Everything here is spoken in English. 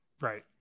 Right